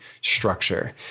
structure